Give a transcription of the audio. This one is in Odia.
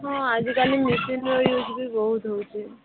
ହଁ ଆଜି କାଲି ମେସିନ୍ର ୟୁଜ୍ ବି ବହୁତ ହେଉଛି